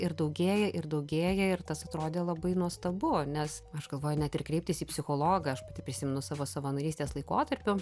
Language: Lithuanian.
ir daugėja ir daugėja ir tas atrodė labai nuostabu nes aš galvoju net ir kreiptis į psichologą aš pati prisimenu savo savanorystės laikotarpiu